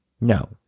No